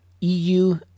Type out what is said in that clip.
EU